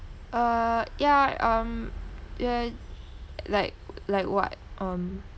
uh yeah um yeah like like what um